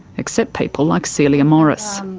except people like celia morris.